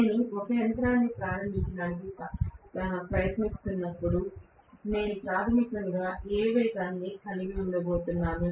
నేను ఒక యంత్రాన్ని ప్రారంభించడానికి ప్రయత్నిస్తున్నప్పుడు నేను ప్రాథమికంగా ఏ వేగాన్ని కలిగి ఉండబోతున్నాను